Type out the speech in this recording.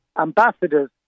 ambassadors